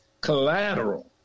collateral